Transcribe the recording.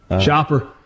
Chopper